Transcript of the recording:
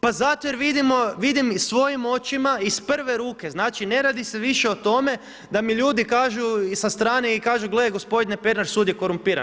Pa zato jer vidim svojim očima iz prve ruke, znači ne radi se više o tome da mi ljudi kažu i sa strane i kažu, gle, gospodine Pernar sud je korumpiran.